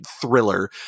thriller